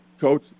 Coach